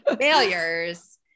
failures